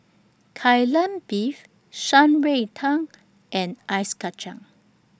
Kai Lan Beef Shan Rui Tang and Ice Kachang